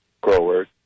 growers